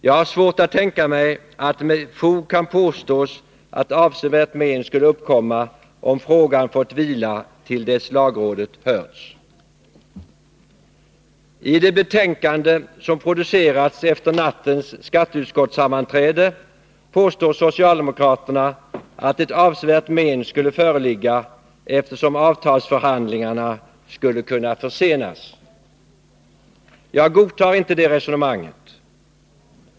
Jag har svårt att tänka mig att det med fog kan påstås att avsevärt men skulle uppkomma, om frågan hade fått vila till dess lagrådet hörts. I det betänkande som producerats efter nattens sammanträde i skatteutskottet påstår socialdemokraterna att ett avsevärt men skulle föreligga, eftersom avtalsförhandlingarna skulle kunna försenas. Jag godtar inte det resonemanget.